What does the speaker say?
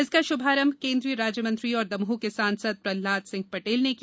इसका शुभारंभ केन्द्रीय राज्य मंत्री और दमोह के सांसद प्रहलाद सिंह पटेल ने किया